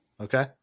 Okay